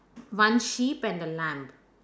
one sheep and a lamb